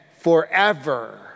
forever